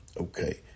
Okay